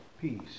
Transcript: peace